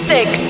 Six